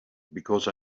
because